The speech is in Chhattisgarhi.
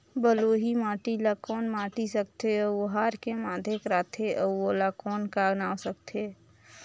बलुही माटी ला कौन माटी सकथे अउ ओहार के माधेक राथे अउ ओला कौन का नाव सकथे?